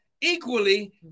equally